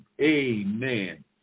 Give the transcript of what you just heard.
Amen